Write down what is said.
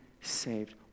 saved